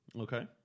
Okay